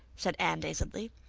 said anne dazedly.